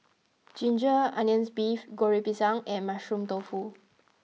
Ginger Onions Beef Goreng Pisang and Mushroom Tofu